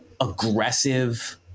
aggressive